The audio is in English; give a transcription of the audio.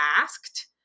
asked